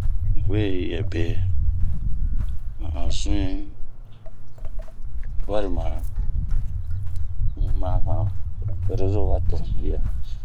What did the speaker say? Un we yɛbe ma'azin, warima un yi ma han rezowa to un ya han.